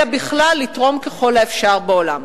אלא בכלל, לתרום ככל האפשר בעולם.